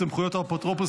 סמכויות האפוטרופוס),